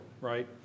right